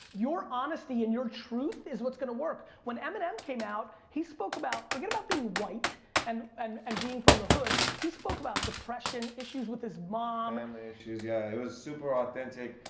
your honesty and your truth is what's gonna work. when eminem came out, he spoke about, forget about being white and and and being from the hood, he spoke about depression, issues with his mom and family issues, yeah, it was super authentic,